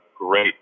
great